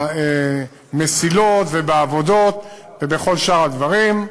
ובמסילות, ובעבודות, ובכל שאר הדברים,